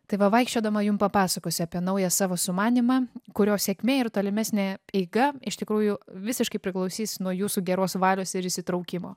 tai va vaikščiodama jum papasakosiu apie naują savo sumanymą kurio sėkmė ir tolimesnė eiga iš tikrųjų visiškai priklausys nuo jūsų geros valios ir įsitraukimo